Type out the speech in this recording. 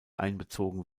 einbezogen